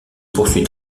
poursuit